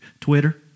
Twitter